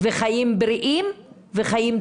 חיים בריאים וחיים טובים.